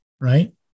right